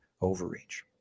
overreach